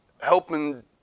helping